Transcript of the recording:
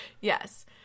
Yes